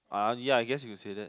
ah ya I guess you can say that